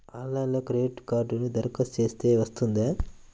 ఆన్లైన్లో క్రెడిట్ కార్డ్కి దరఖాస్తు చేస్తే వస్తుందా?